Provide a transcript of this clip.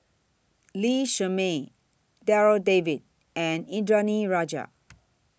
Lee Shermay Darryl David and Indranee Rajah